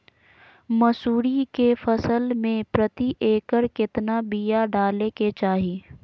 मसूरी के फसल में प्रति एकड़ केतना बिया डाले के चाही?